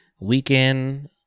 weekend